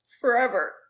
forever